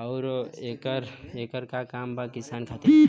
आउरएकर का काम बा किसान खातिर?